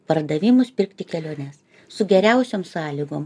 pardavimus pirkti keliones su geriausiom sąlygom